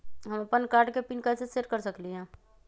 हम अपन कार्ड के पिन कैसे सेट कर सकली ह?